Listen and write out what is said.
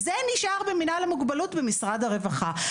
זה נשאר במינהל המוגבלות במשרד הרווחה.